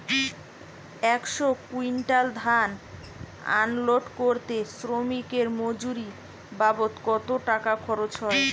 একশো কুইন্টাল ধান আনলোড করতে শ্রমিকের মজুরি বাবদ কত টাকা খরচ হয়?